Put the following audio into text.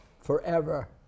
forever